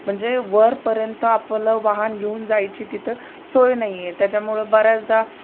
म्हणजे वरपर्यंत आपलं वाहन घेऊन जायची तिथे सोय नाहीये त्याच्यामुळे बऱ्याचदा